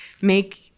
make